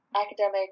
academic